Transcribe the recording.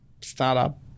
startup